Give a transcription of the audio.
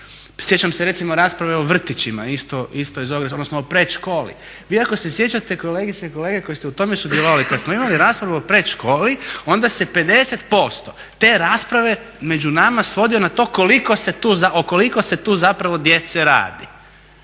Sjećam se recimo rasprave o vrtićima isto, odnosno o predškoli. Vi ako se sjećate kolegice i kolege koji ste u tome sudjelovali, kada smo imali raspravu o predškoli, onda se 50% te rasprave među nama svodio na to o koliko se tu zapravo djece radi.